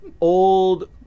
old